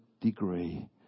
degree